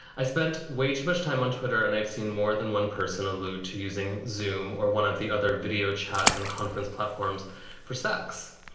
i spent way too much time on twitter and i've seen more than one person allude to using zoom or one of the other video chat unconference platforms for sex.